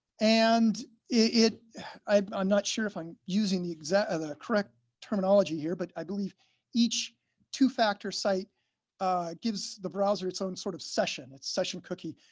and it i'm not sure if i'm using the exact correct terminology here, but i believe each two factor site gives the browser its own sort of session, its session cookie.